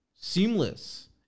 seamless